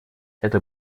это